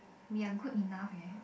we are good enough eh